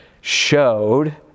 showed